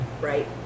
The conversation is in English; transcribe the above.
Right